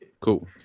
Cool